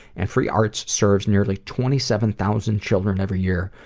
and free arts serves nearly twenty seven thousand children every year,